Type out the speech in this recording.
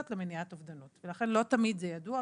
למניעת אובדנות ולכן לא תמיד זה ידוע,